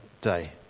day